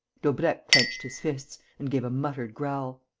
daubrecq clenched his fists and gave a muttered growl. ah,